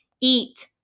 eat